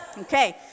Okay